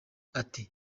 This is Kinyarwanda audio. ati